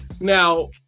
Now